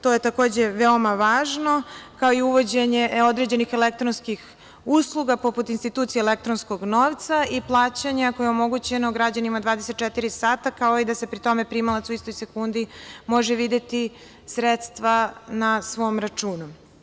To je takođe veoma važno, kao i uvođenje određenih elektronskih usluga, poput institucije elektronsko novca i plaćanja koje omogućeno građanima 24 sata, kao i da se pri tome primalac, u istoj sekundi, može videti sredstva na svom računu.